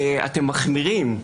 אתם מחמירים.